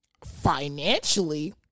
Financially